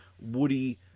Woody